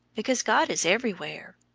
because god is everywhere.